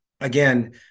again